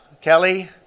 Kelly